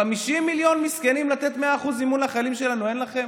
ו-50 מיליון מסכנים לתת 100% מימון לחיילים שלנו אין לכם?